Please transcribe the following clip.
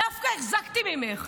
דווקא החזקתי ממך,